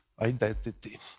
identity